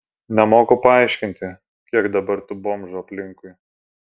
nemoku paaiškinti kiek dabar tų bomžų aplinkui